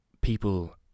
people